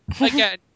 again